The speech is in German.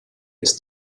ist